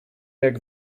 jak